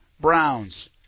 Browns